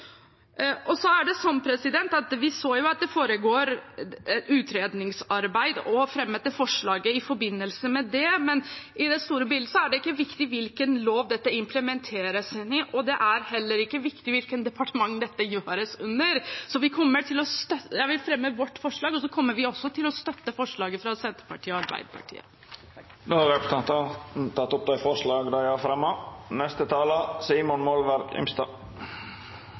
Vi har sett at det foregår et utredningsarbeid og la fram vårt forslag i forbindelse med det. Men i det store bildet er det ikke viktig hvilken lov dette implementeres i, og det er heller ikke viktig hvilket departement dette gjøres under. Så jeg vil fremme vårt forslag, og vi kommer til å støtte forslaget fra Senterpartiet og Arbeiderpartiet. Representanten Sheida Sangtarash har teke opp